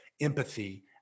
empathy